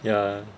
ya